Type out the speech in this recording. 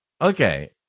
Okay